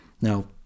Now